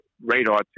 radar